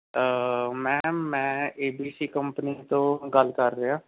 ma'am ਮੈਂ A D C company ਤੋਂ ਗੱਲ ਕਰ ਰਿਹਾ